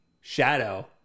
Shadow